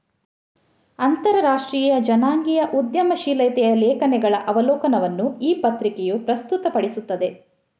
ಅಂತರರಾಷ್ಟ್ರೀಯ ಜನಾಂಗೀಯ ಉದ್ಯಮಶೀಲತೆಯ ಲೇಖನಗಳ ಅವಲೋಕನವನ್ನು ಈ ಪತ್ರಿಕೆಯು ಪ್ರಸ್ತುತಪಡಿಸುತ್ತದೆ